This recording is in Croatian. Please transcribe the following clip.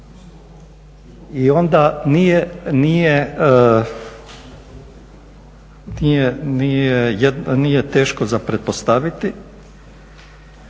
I onda nije teško za pretpostaviti